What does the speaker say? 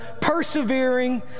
persevering